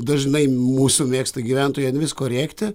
dažnai mūsų mėgsta gyventojai ant visko rėkti